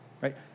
right